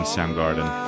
Soundgarden